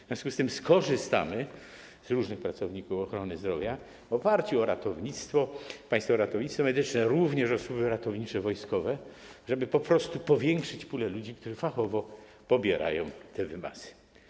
W związku z tym skorzystamy z różnych pracowników ochrony zdrowia w oparciu o Państwowe Ratownictwo Medyczne, również o służby ratownicze wojskowe, żeby po prostu powiększyć pulę ludzi, którzy fachowo pobierają wymazy.